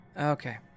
Okay